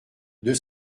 deux